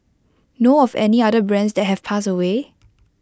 know of any other brands that have passed away